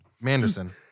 Manderson